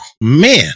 man